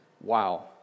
Wow